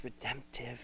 redemptive